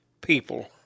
people